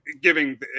giving